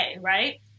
right